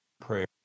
prayer